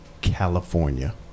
California